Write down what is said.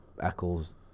Eccles